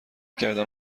کردن